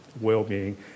well-being